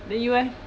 then you eh